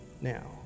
now